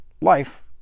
Life